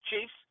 Chiefs